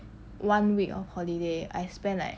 one week of holiday I spend like